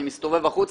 אני מסתובב החוצה,